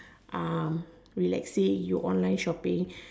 um relaxing you online shopping